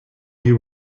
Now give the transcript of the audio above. you